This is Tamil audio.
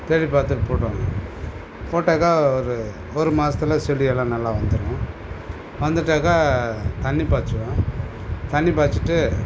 தேடிப் பார்த்து போட்டோங்க போட்டாக்கா ஒரு ஒரு மாதத்துல செடி எல்லாம் நல்லா வந்துரும் வந்துட்டாக்கா தண்ணி பாய்ச்சிவேன் தண்ணி பாய்ச்சிட்டு